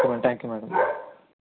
okay thank you madam